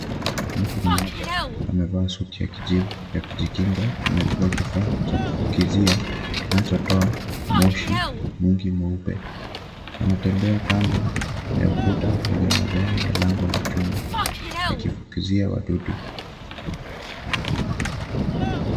Mtu mmoja amevaa suti ya kijivu ya kujikinga, amebeba kifaa cha kufukizia, kinachotoa moshi mwingi mweupe, anatembea kando ya ukuta wenye majani na lango la chuma, akifukizia wadudu.